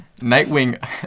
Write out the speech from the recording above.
Nightwing